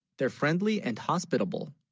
they're, friendly and hospitable